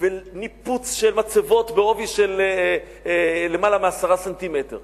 וניפוץ של מצבות בעובי של יותר מ-10 סנטימטרים.